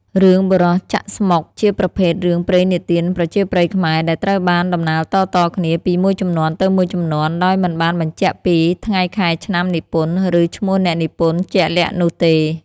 រឿង "បុរសចាក់ស្មុគ" ជាប្រភេទ រឿងព្រេងនិទានប្រជាប្រិយខ្មែរ ដែលត្រូវបានដំណាលតៗគ្នាពីមួយជំនាន់ទៅមួយជំនាន់ ដោយមិនបានបញ្ជាក់ពី ថ្ងៃខែឆ្នាំនិពន្ធ ឬ ឈ្មោះអ្នកនិពន្ធជាក់លាក់នោះទេ។